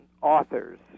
authors